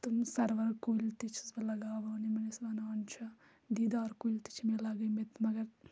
تم سَروَر کُلۍ تہِ چھَس بہٕ لَگاوان یِمَن أسۍ وَنان چھِ دیٖدار کُلۍ تہِ چھِ مےٚ لَگٲمٕتۍ مگر